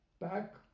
back